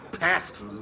past